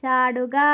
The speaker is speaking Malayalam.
ചാടുക